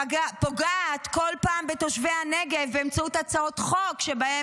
פוגעת כל פעם בתושבי הנגב באמצעות הצעות חוק שבהן